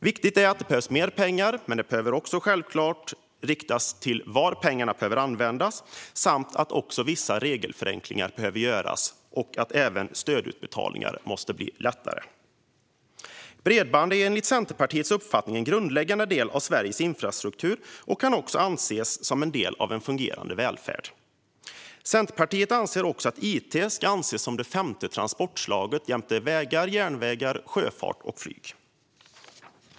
Viktigt är att det behövs mer pengar, men pengarna behöver självklart riktas dit där de bör användas. Vissa regelförenklingar behöver göras, och det måste bli lättare att göra stödutbetalningar. Bredband är enligt Centerpartiets uppfattning en grundläggande del av Sveriges infrastruktur och kan också anses som en del av en fungerande välfärd. Vi anser också att it ska ses som det femte transportslaget jämte vägar, järnvägar, sjöfart och flyg.